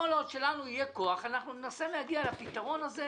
כל עוד יהיה לנו כוח אנחנו ננסה להגיע לפתרון הזה,